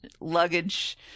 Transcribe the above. luggage